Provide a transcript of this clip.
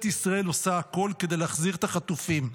ישראל עושה הכול כדי להחזיר את החטופים.